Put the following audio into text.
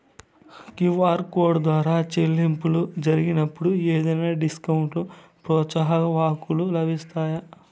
QR code ద్వారా చెల్లింపులు జరిగినప్పుడు ఏవైనా డిస్కౌంట్ లు, ప్రోత్సాహకాలు లభిస్తాయా?